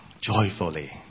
joyfully